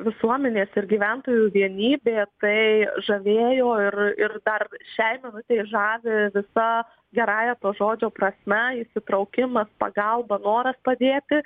visuomenės ir gyventojų vienybė tai žavėjo ir ir dar šiai minutei žavi visa gerąja to žodžio prasme įsitraukimas pagalba noras padėti